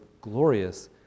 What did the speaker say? glorious